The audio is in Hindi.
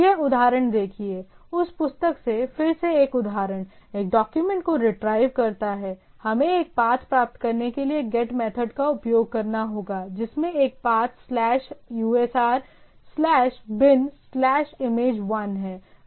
यह उदाहरण देखिए उस पुस्तक से फिर से एक उदाहरण एक डॉक्यूमेंट को रिट्राइव करता है हमें एक पाथ प्राप्त करने के लिए गेट मेथड का उपयोग करना होगा जिसमें एक path slash usr slash bin slash image 1 है